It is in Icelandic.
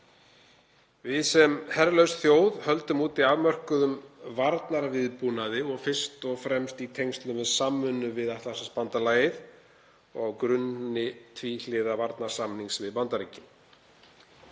Við sem herlaus þjóð höldum úti afmörkuðum varnarviðbúnaði og fyrst og fremst í tengslum við samvinnu við Atlantshafsbandalagið og á grunni tvíhliða varnarsamnings við Bandaríkin.